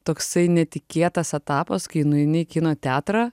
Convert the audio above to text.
toksai netikėtas etapas kai nueini į kino teatrą